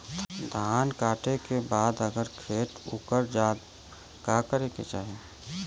धान कांटेके बाद अगर खेत उकर जात का करे के चाही?